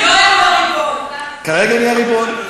כרגע אני הריבון.